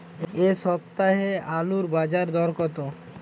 এ সপ্তাহে আলুর বাজার দর কত?